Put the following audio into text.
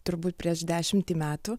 turbūt prieš dešimtį metų